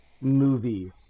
movie